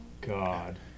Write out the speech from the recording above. God